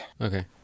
Okay